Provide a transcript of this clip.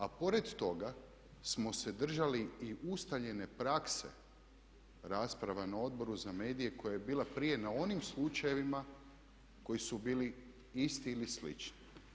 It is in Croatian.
A pored toga smo se držali i ustaljene prakse rasprava na Odboru za medije koja je bila prije na onim slučajevima koji su bili isti ili slični.